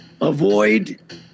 avoid